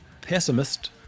Pessimist